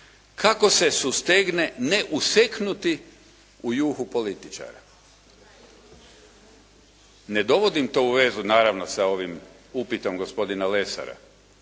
kako se sustegne ne useknuti u juhu političara!“ Ne dovodim to u vezu naravno sa ovim upitom gospodina Lesara,